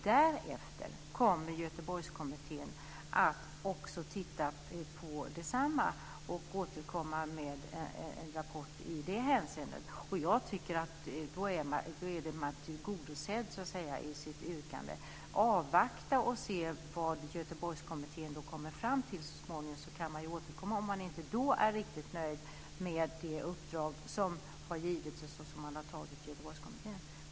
Därefter kommer Göteborgskommittén att titta på detsamma och återkomma med en rapport i det hänseendet. Jag tycker att yrkandet därmed är tillgodosett. Avvakta och se vad Göteborgskommittén kommer fram till så småningom. Om man inte då är riktigt nöjd med det uppdrag som Göteborgskommittén har givits kan man återkomma.